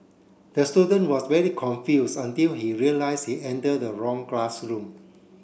the student was very confused until he realise he entered the wrong classroom